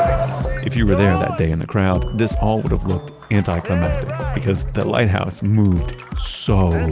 if you were there that day in the crowd, this all would've looked anticlimactic because the lighthouse moved so and